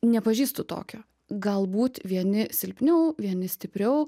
nepažįstu tokio galbūt vieni silpniau vieni stipriau